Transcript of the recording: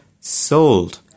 Sold